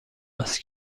است